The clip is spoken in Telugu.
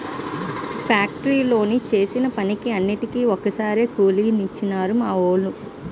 ఫ్యాక్టరీలో చేసిన పనికి అన్నిటికీ ఒక్కసారే కూలి నిచ్చేరు మా వోనరు